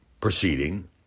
proceeding